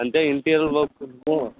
అంటే interior work